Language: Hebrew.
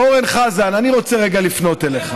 אורן חזן, אני רוצה רגע לפנות אליך.